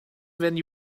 when